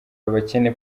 abakene